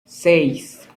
seis